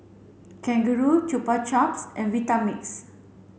Kangaroo Chupa Chups and Vitamix